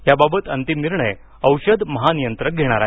याबाबत अंतिम निर्णय औषध महानियंत्रक घेणार आहेत